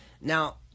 Now